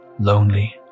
lonely